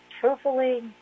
Truthfully